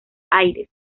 aires